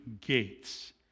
gates